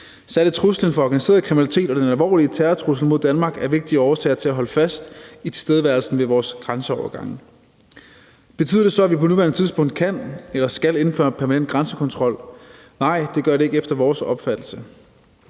Særlig truslen fra organiseret kriminalitet og den alvorlige terrortrussel mod Danmark er vigtige årsager til at holde fast i tilstedeværelsen ved vores grænseovergange. Betyder det så, at vi på nuværende tidspunkt kan eller skal indføre en permanent grænsekontrol? Nej, det gør det ikke efter vores opfattelse.